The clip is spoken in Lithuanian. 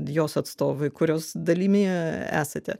jos atstovai kurios dalimi esate